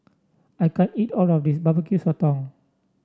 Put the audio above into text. I can't eat all of this Barbecue Sotong